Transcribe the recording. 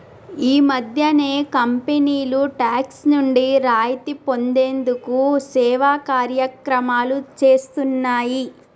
ఈ మధ్యనే కంపెనీలు టాక్స్ నుండి రాయితీ పొందేందుకు సేవా కార్యక్రమాలు చేస్తున్నాయి